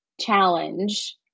challenge